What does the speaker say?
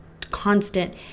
constant